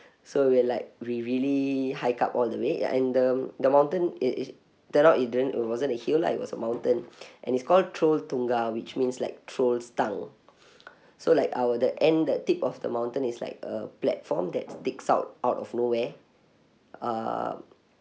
so we're like we really hike up all the way there and the the mountain i~ is turn it didn't it wasn't a hill lah it was a mountain and it's called trolltunga which means like troll's tongue so like our the end the tip of the mountain is like a platform that sticks out out of nowhere uh